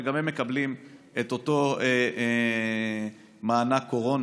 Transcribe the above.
וגם הם מקבלים את אותו מענק קורונה,